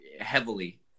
heavily